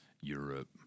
Europe